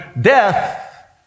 death